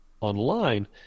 online